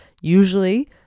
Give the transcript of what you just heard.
Usually